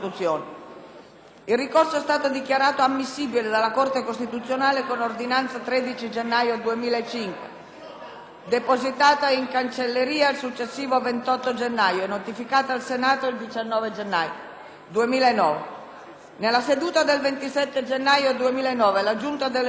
depositata in cancelleria il successivo 28 gennaio e notificata al Senato il 19 gennaio 2009. Nella seduta del 27 gennaio 2009 la Giunta delle elezioni e delle immunità parlamentari ha concluso all'unanimità nel senso che il Senato debba, per il tramite dell'Avvocatura dello Stato,